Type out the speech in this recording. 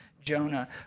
Jonah